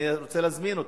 אני רוצה להזמין אותו,